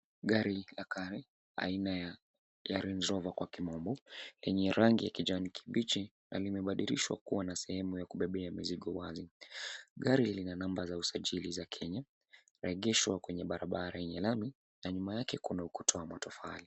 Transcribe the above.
Gari la kale aina ya Range Rover kwa kimombo, lenye rangi ya kijani kibichi na limebadilishwa kuwa na sehemu ya kubebea mizigo wazi. Gari lina namba za usajili za Kenya, limeegeshwa kwenye barabara yenye lami na nyuma yake kuna ukuta wa matofali.